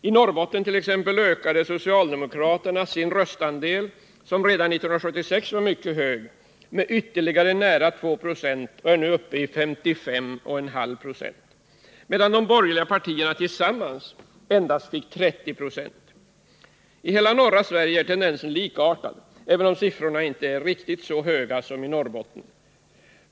I Norrbotten t.ex. ökade socialdemokraterna sin röstandel, som redan 1976 var mycket hög, med ytterligare nära 2 926, och den är nu uppe i ca 55,5 96, medan de borgerliga partierna tillsammans endast fick 30 96. I hela norra Sverige är tendensen likartad, även om siffrorna inte är riktigt så höga som i Norrbotten.